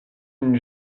une